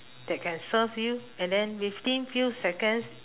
that can serve you and then within few seconds